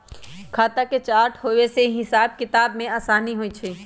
खता के चार्ट होय से हिसाब किताब में असानी होइ छइ